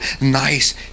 nice